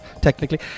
technically